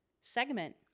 segment